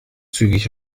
zügig